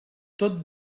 tot